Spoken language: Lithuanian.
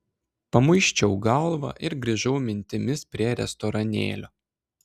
pamuisčiau galvą ir grįžau mintimis prie restoranėlio